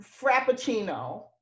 Frappuccino